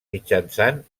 mitjançant